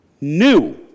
new